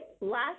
last